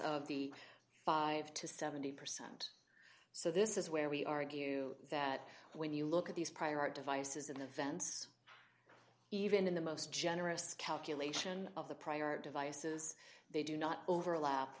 of the five to seventy percent so this is where we argue that when you look at these prior devices in the events even in the most generous calculation of the prior devices they do not overlap